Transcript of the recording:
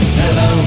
hello